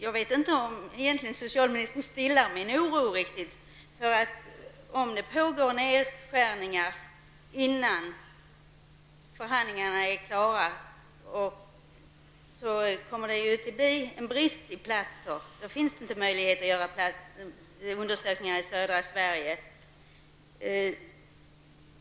Det som socialministern säger stillar inte helt min oro. Om det görs nedskärningar innan förhandlingarna är klara, kommer det att bli brist på platser för undersökningar i södra Sverige.